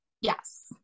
Yes